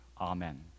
Amen